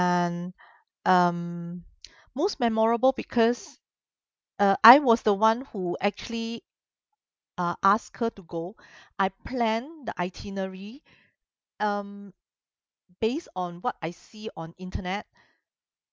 and um most memorable because uh I was the one who actually ah ask her to go I planned the itinerary um based on what I see on internet